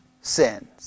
sins